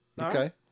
Okay